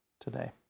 today